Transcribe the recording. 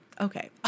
okay